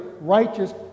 righteous